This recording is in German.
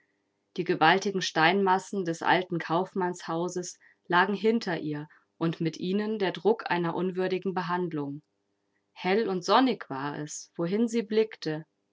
die gewaltigen steinmassen des alten kaufmannshauses lagen hinter ihr und mit ihnen der druck einer unwürdigen behandlung hell und sonnig war es wohin sie blickte